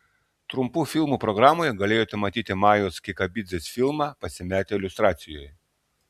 trumpų filmų programoje galėjote matyti majos kikabidzės filmą pasimetę iliustracijoje